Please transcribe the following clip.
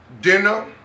dinner